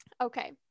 Okay